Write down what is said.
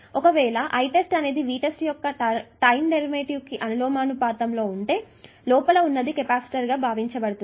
ఒకవేళ Itest అనేది Vtest యొక్క టైం డెరివేటివ్ కి అనులోమానుపాతంలో ఉంటే లోపల ఉన్నది కెపాసిటర్ గా భావించబడుతుంది